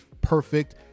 perfect